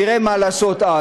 נראה מה לעשות אז,